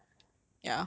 orh orh orh